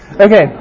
okay